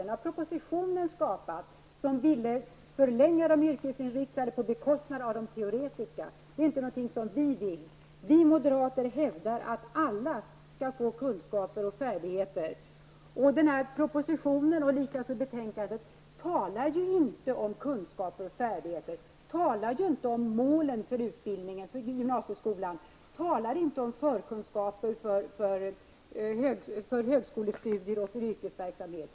Den har propositionen skapat, eftersom man där ville förlänga de yrkesinriktade linjerna på bekostnad av de teoretiska. Vi moderater hävdar att alla skall få kunskaper och färdigheter. Propositionen liksom betänkandet talar inte om kunskaper och färdigheter, målen för utbildningen för gymnasieskolan och förkunskaper för högskolestudier och yrkesverksamhet.